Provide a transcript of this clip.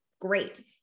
great